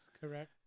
correct